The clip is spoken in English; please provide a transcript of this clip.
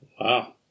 Wow